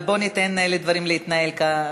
אבל בוא ניתן לדברים להתנהל כרגיל.